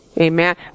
Amen